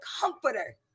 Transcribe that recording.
comforter